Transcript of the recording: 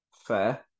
fair